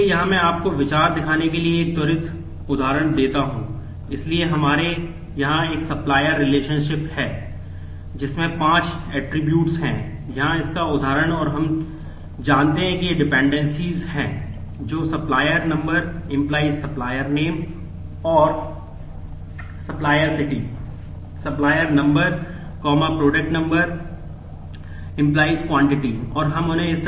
इसलिए यहां मैं आपको विचार दिखाने के लिए एक त्वरित उदाहरण देता हूं